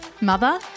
mother